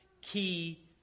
key